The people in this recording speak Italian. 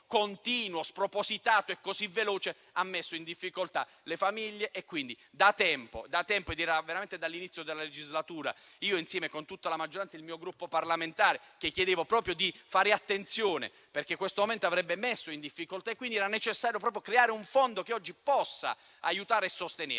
continuo, spropositato e così veloce, ha messo in difficoltà le famiglie. Da tempo, sin dall'inizio della legislatura, io, insieme con tutta la maggioranza e il mio Gruppo parlamentare, chiedevo di fare attenzione, perché questo momento avrebbe messo in difficoltà e quindi era necessario creare un fondo per aiutare e sostenere.